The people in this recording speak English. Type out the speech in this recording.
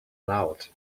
loud